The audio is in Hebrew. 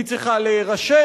היא צריכה להירשם,